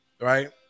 Right